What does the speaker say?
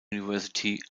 university